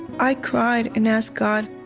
i cried and asked god,